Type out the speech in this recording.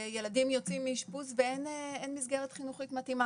ילדים יוצאים מאשפוז ואין מסגרת חינוכית מתאימה,